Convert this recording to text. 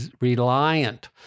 reliant